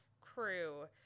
crew